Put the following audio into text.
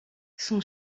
son